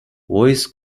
voice